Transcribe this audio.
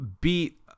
beat